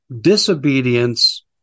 disobedience